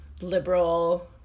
liberal